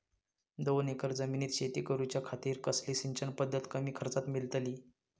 दोन एकर जमिनीत शेती करूच्या खातीर कसली सिंचन पध्दत कमी खर्चात मेलतली?